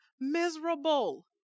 Miserable